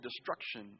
destruction